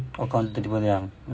oh counter table ya